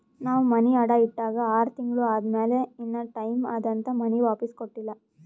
ನಾವ್ ಮನಿ ಅಡಾ ಇಟ್ಟಾಗ ಆರ್ ತಿಂಗುಳ ಆದಮ್ಯಾಲ ಇನಾ ಟೈಮ್ ಅದಂತ್ ಮನಿ ವಾಪಿಸ್ ಕೊಟ್ಟಿಲ್ಲ